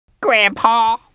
Grandpa